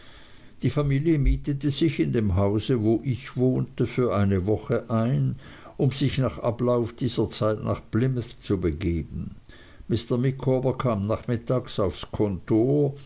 die familie mietete sich in dem hause wo ich wohnte für eine woche ein um sich nach ablauf dieser zeit nach plymouth zu begeben mr micawber kam nachmittags aufs kontor